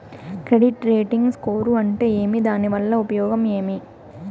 Credit rating score అంటే ఏమి దాని వల్ల ఉపయోగం ఏమి?